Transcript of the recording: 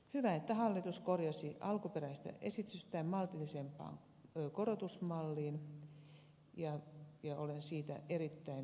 hyvä että hallitus korjasi alkuperäistä esitystään maltillisempaan korotusmalliin ja olen siitä erittäin tyytyväinen